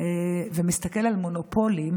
ומסתכל על מונופולים,